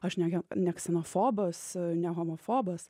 aš netgi ne he ksenofobas ne homofobas